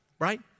right